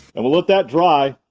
and we'll let that dry.